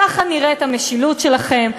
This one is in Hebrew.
כך נראית המשילות שלכם,